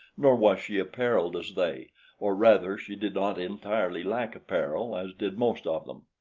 nor was she appareled as they or, rather, she did not entirely lack apparel as did most of them.